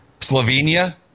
Slovenia